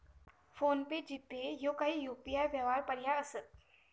phone पे, GPay ह्यो काही UPI व्यवहार पर्याय असत